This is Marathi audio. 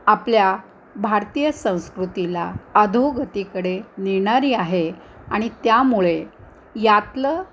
आपल्या भारतीय संस्कृतीला अधोगतीकडे नेणारी आहे आणि त्यामुळे यातलं